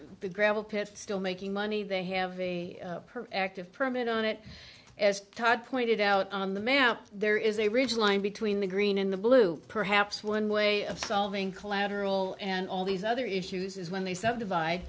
the gravel pits still making money they have the per active permit on it as todd pointed out on the man out there is a ridge line between the green in the blue perhaps one way of solving collateral and all these other issues is when they subdivide